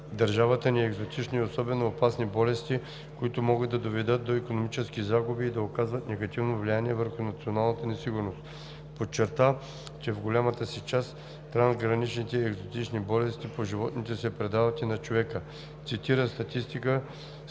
държавата ни екзотични и особено опасни болести, които могат да доведат до икономически загуби и да оказват негативно влияние върху националната ни сигурност. Подчерта, че в голямата си част трансграничните и екзотични болести по животните се предават и на човека. Цитира статистика,